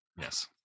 Yes